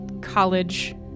college